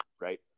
Right